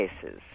cases